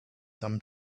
some